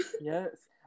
Yes